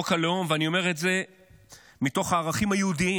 חוק הלאום, ואני אומר את זה מתוך הערכים היהודיים,